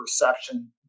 perception